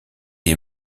est